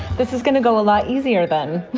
this is gonna go a lot easier than